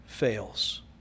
fails